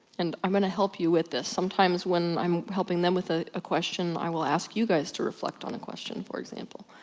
and i'm gonna help you with this. sometimes when i'm helping them with ah a question i will ask you guys to reflect on a question. for example.